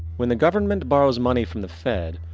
when the government borrows money from the fed,